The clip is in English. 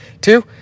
Two